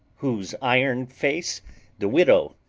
whose iron face the widow,